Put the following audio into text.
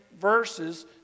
verses